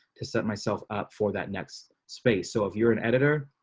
to set myself up for that next space. so if you're an editor,